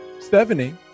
Stephanie